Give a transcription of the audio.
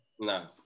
No